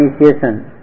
initiation